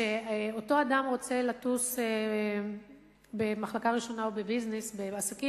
וכשאותו אדם רוצה לטוס במחלקה ראשונה או במחלקת עסקים,